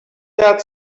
that